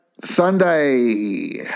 Sunday